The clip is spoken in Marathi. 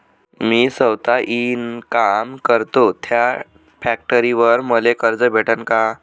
मी सौता इनकाम करतो थ्या फॅक्टरीवर मले कर्ज भेटन का?